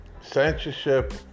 censorship